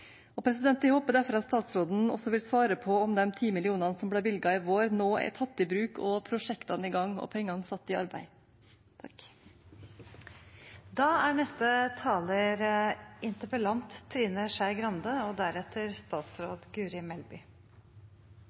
Jeg håper derfor at statsråden også vil svare på om de 10 mill. kr som ble bevilget i vår, nå er tatt i bruk, og at prosjektene er i gang og pengene satt i arbeid.